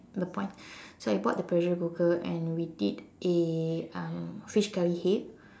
the point so you bought the pressure cooker and we did a um fish curry head